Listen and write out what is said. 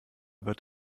wird